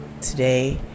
today